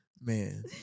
Man